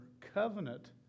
covenant